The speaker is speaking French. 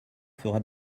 fera